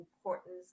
importance